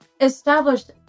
established